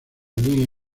línea